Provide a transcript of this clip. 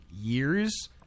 years